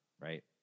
right